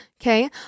Okay